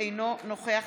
אינו נוכח